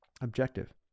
objective